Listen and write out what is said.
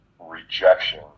rejection